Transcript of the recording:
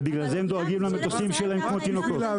ובגלל זה הם דואגים למטוסים שלהם כמו תינוקות.